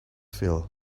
feel